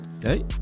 Hey